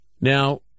Now